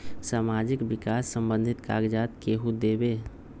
समाजीक विकास संबंधित कागज़ात केहु देबे?